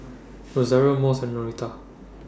Rosario Mose and Norita